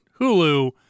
Hulu